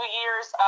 years